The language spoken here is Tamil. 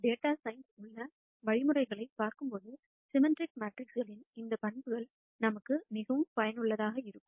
எனவே டேட்டா சயின்ஸ் உள்ள வழிமுறைகளைப் பார்க்கும்போது சிம்மெட்ரிக் மேட்ரிக்ஸ்க்ஸின் இந்த பண்புகள் நமக்கு மிகவும் பயனுள்ளதாக இருக்கும்